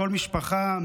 כל משפחה,